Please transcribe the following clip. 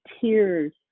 tears